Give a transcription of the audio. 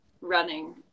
running